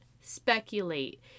speculate